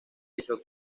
dicho